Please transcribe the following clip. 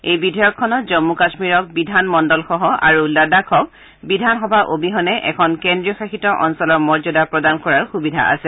এই বিধেয়কখনত জন্ম কাশ্মীৰক বিধান মণ্ডলসহ আৰু লাডাখক বিধানসভা অবিহনে এখন কেন্দ্ৰীয় শাসিত অঞ্চলৰ মৰ্যদা প্ৰদান কৰাৰ সুবিধা আছে